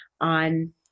on